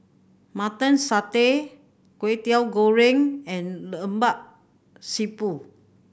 Mutton Satay Kwetiau Goreng and Lemak Siput